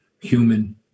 human